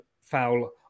foul